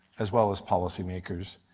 as well as policymakers.